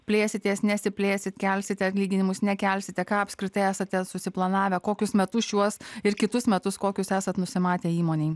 plėsitės nesiplėsti kelsite atlyginimus nekelsite ką apskritai esate susiplanavę kokius metus šiuos ir kitus metus kokius esat nusimatę įmonėje